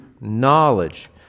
knowledge